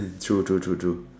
true true true true